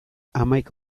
hamaika